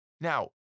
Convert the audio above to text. Now